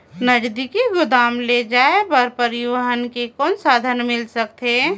नजदीकी गोदाम ले जाय बर परिवहन के कौन साधन मिल सकथे?